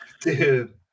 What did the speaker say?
Dude